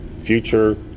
Future